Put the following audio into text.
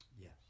yes